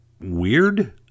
weird